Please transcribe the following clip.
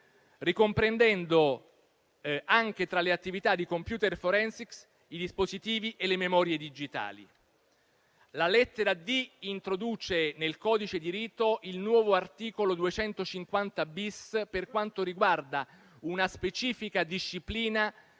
ricomprendendo anche, tra le attività di *computer forensics*, i dispositivi e le memorie digitali. La lettera *d*) introduce nel codice di rito il nuovo articolo 250-*bis* per quanto riguarda una specifica disciplina